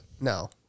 No